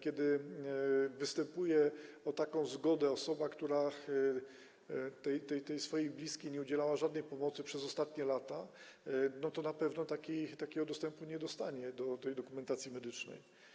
Kiedy występuje o taką zgodę osoba, która tej swojej bliskiej nie udzielała żadnej pomocy przez ostatnie lata, to na pewno dostępu nie dostanie do tej dokumentacji medycznej.